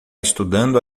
estudando